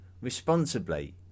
responsibly